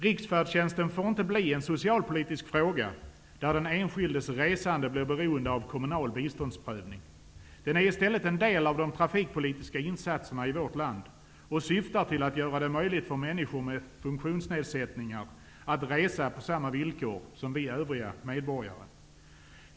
Riksfärdtjänsten får inte bli en socialpolitisk fråga där den enskildes resande blir beroende av kommunal biståndsprövning. Den är i stället en del av de trafikpolitiska insatserna i vårt land och syftar till att göra det möjligt för människor med funktionsnedsättningar att resa på samma villkor som vi övriga medborgare.